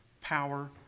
power